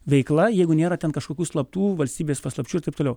veikla jeigu nėra ten kažkokių slaptų valstybės paslapčių ir taip toliau